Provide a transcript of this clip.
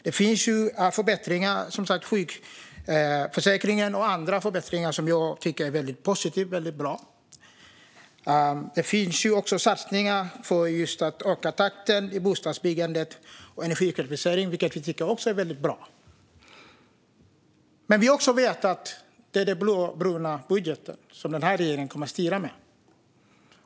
Det finns som sagt förbättringar av sjukförsäkringen och annat som jag tycker är väldigt positiva och bra. Det finns också satsningar på att öka takten i bostadsbyggandet och på energieffektivisering, vilket vi också tycker är väldigt bra. Men vi vet också att det är den blåbruna budgeten som den här regeringen kommer att styra med.